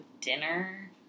dinner